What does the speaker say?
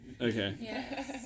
Okay